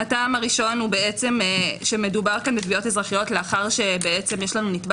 הטעם הראשון הוא שמדובר בתביעות אזרחיות לאחר שיש נתבע